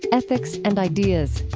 ethics, and ideas.